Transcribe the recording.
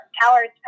calories